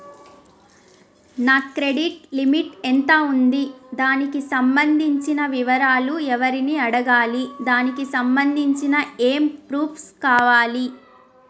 నా credit limit ఎంత ఉంది? దానికి సంబంధించిన వివరాలు ఎవరిని అడగాలి? దానికి సంబంధించిన ఏమేం ప్రూఫ్స్ కావాలి?